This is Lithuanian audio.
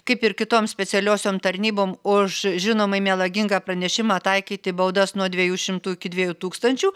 kaip ir kitom specialiosiom tarnybom už žinomai melagingą pranešimą taikyti baudas nuo dviejų šimtų iki dviejų tūkstančių